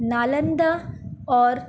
نالندہ اور